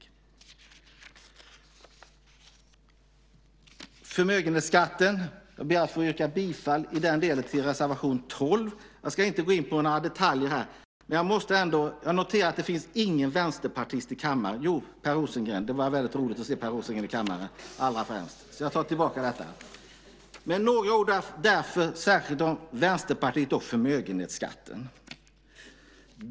I fråga om förmögenhetsskatten ber jag att få yrka bifall till reservation 12. Jag ska inte gå in på några detaljer där. Jag noterar att det finns en vänsterpartist i kammaren, Per Rosengren, och det är väldigt roligt att se honom här. Jag ska därför säga några ord särskilt om Vänsterpartiet och förmögenhetsskatten.